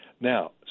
Now